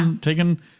taken